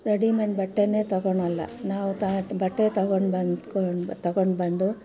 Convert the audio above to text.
readymade ಬಟ್ಟೆ ತೊಗೊಳಲ್ಲ ನಾವು ತ ಬಟ್ಟೆ ತೊಗೊಂಡು ಬಂದ್ಕೊಂಡು ತೊಗೊಂಡುಬಂದು